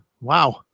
Wow